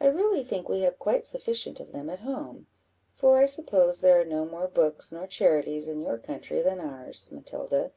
i really think we have quite sufficient of them at home for i suppose there are no more books nor charities in your country than ours, matilda